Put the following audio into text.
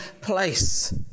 place